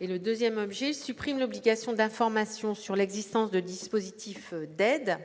il tend à supprimer l'obligation d'information sur l'existence de dispositifs d'aides.